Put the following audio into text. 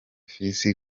fils